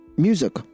Music